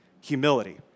humility